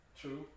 True